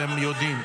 הם יודעים.